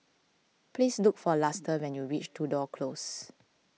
please look for Luster when you reach Tudor Close